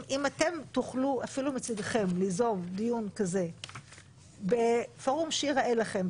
אם אתם תוכלו מצדכם אפילו ליזום דיון כזה בפורום שייראה לכם,